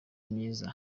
myiza